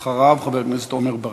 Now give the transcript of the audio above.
אחריו, חבר הכנסת עמר בר-לב.